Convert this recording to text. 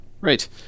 right